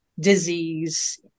disease